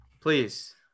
Please